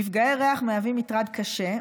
מפגעי ריח מהווים מטרד קשה,